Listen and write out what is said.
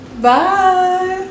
Bye